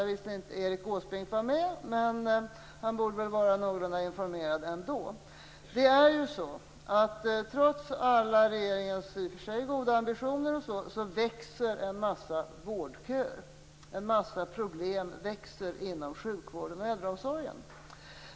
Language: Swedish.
Erik Åsbrink var visserligen inte med, men han borde väl vara någorlunda informerad ändå. Trots alla regeringens i och för sig goda ambitioner växer många vårdköer, en massa problem växer inom sjukvården och äldreomsorgen.